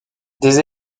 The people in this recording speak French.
des